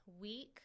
week